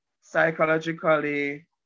psychologically